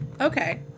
okay